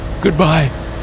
Goodbye